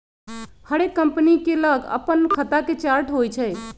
हरेक कंपनी के लग अप्पन खता के चार्ट होइ छइ